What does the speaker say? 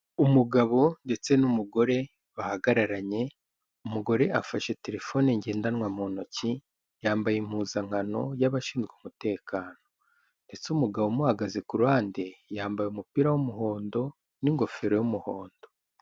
Umugabo ndetse n'umugore bahagararanye, umugore afashe terefone ngendanwa mu ntoki, yambaye impuzankano y'abashinzwe umutekano, ndetse umugabo umuhagaze ku ruhande, yambaye umupira w'umuhondo, n'ingofero y'umuhondo.